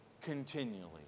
continually